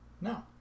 No